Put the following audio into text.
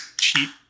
cheap